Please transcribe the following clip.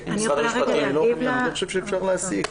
אני לא חושב שאפשר להסיק.